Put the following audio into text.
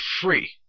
free